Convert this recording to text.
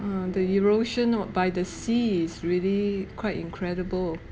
uh the erosion what by the sea is really quite incredible